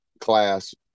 class